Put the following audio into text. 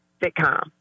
sitcom